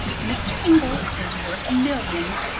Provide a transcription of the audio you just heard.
mr. inglis is worth millions,